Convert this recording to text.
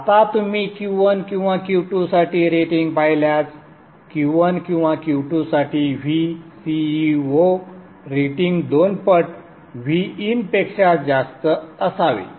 आता तुम्ही Q1 किंवा Q2 साठी रेटिंग पाहिल्यास Q1 किंवा Q2 साठी Vceo रेटिंग दोन पट Vin पेक्षा जास्त असावे